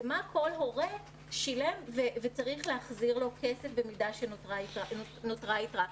ומה כל הורה שילם וצריך להחזיר לו כסף במידה שנותרה יתרה.